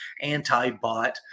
anti-bot